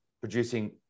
producing